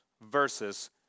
versus